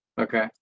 Okay